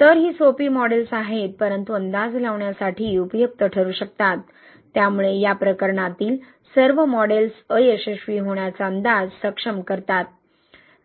तर ही सोपी मॉडेल्स आहेत परंतु अंदाज लावण्यासाठी उपयुक्त ठरू शकतात त्यामुळे या प्रकरणातील सर्व मॉडेल्स अयशस्वी होण्याचा अंदाज सक्षम करतात